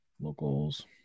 Locals